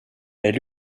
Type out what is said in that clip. elle